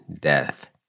death